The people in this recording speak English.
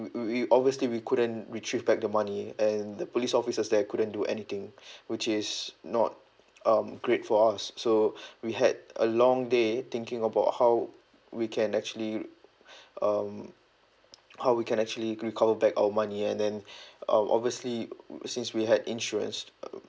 we we we obviously we couldn't retrieve back the money and the police officers there couldn't do anything which is not um great for us so we had a long day thinking about how we can actually um how we can actually recover back our money and then uh obviously since we had insurance uh